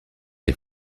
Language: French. les